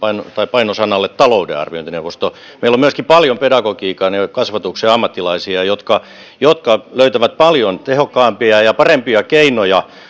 paino sanalle talouden arviointineuvosto meillä on paljon myöskin pedagogiikan ja ja kasvatuksen ammattilaisia jotka jotka löytävät paljon tehokkaampia ja parempia keinoja